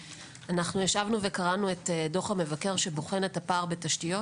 ישבנו וקראנו את דוח המבקר שבוחן את הפער בתשתיות,